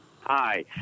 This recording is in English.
Hi